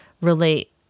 relate